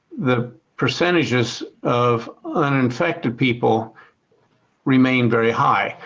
the percentages of uninfected people remain very high.